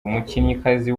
umukinnyikazi